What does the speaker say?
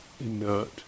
inert